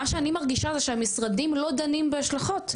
מה שאני מרגישה שהמשרדים לא דנים בהשלכות,